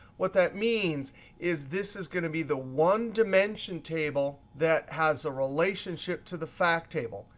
what that means is this is going to be the one dimension table that has a relationship to the fact table.